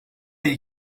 iyi